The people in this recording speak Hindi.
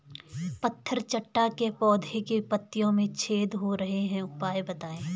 पत्थर चट्टा के पौधें की पत्तियों में छेद हो रहे हैं उपाय बताएं?